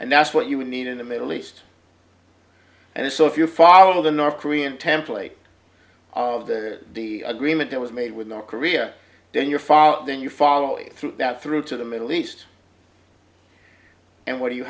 and that's what you would need in the middle east and so if you follow the north korean template of the agreement that was made with north korea then your fall then you follow it through that through to the middle east and what do you